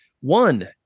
One